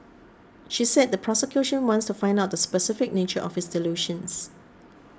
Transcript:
she said the prosecution wants to find out the specific nature of his delusions